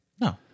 No